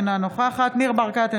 אינה נוכחת ניר ברקת,